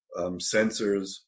sensors